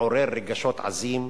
מעורר רגשות עזים.